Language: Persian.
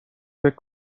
فکر